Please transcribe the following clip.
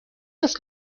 است